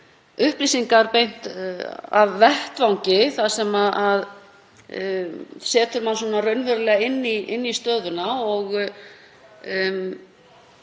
upplýsingar beint af vettvangi, sem setur mann raunverulega inn í stöðuna og